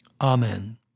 Amen